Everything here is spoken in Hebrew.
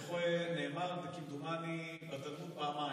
נאמר, כמדומני, בתלמוד פעמיים: